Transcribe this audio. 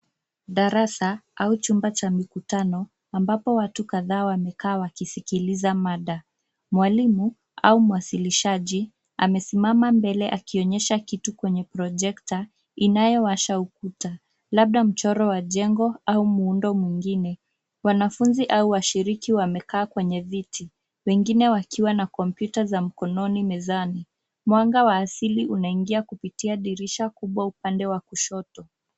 Darasa au chumba cha mikutano ambapo watu kadhaa wamekaa wakisikiliza mada. Mwalimu au mwasilishaji amesimama mbele akionyesha kitu kwenye (cs) projector (cs) inayowasha ukuta. Labda mchoro wa jengo au muundo mwingine. Wanafunzi au washiriki wamekaa kwenye viti, wengine wakiwa na kompyuta za mkononi mezani. Mwanga wa asili unaingia kupitia dirisha kubwa upande wa kushoto.